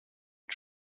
und